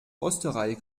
osterei